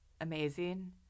Amazing